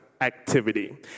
activity